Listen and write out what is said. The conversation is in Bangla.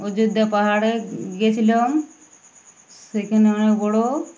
অযোধ্যা পাহাড়ে গিয়েছিলাম সেখানে অনেক বড়ো